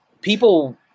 people